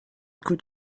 could